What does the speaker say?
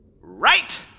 Right